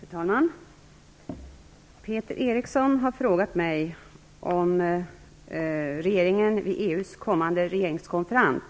Fru talman! Peter Eriksson har frågat mig om regeringen vid EU:s kommande regeringskonferens